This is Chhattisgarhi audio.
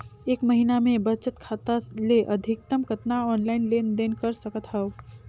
एक महीना मे बचत खाता ले अधिकतम कतना ऑनलाइन लेन देन कर सकत हव?